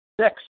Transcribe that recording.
six